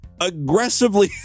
aggressively